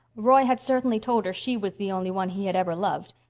roy had certainly told her she was the only one he had ever loved.